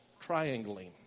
triangling